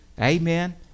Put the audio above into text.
amen